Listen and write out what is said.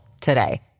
today